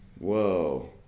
Whoa